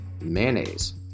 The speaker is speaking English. mayonnaise